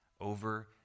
over